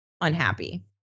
unhappy